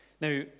Now